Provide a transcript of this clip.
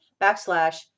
backslash